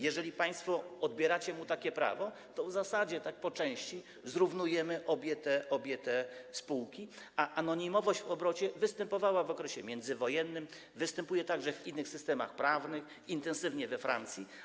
Jeżeli państwo odbieracie mu takie prawo, to w zasadzie tak po części zrównujemy obie te spółki, a anonimowość w obrocie występowała w okresie międzywojennym, występuje także w innych systemach prawnych, intensywnie we Francji.